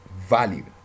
value